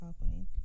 happening